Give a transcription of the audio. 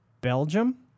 Belgium